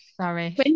Sorry